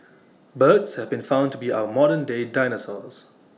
birds have been found to be our modern day dinosaurs